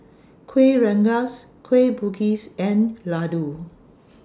Kueh Rengas Kueh Bugis and Laddu